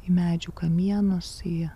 į medžių kamienus į